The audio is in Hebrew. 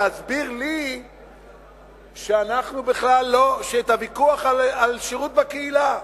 להסביר לי בעניין הוויכוח על שירות בקהילה.